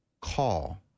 call